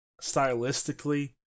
stylistically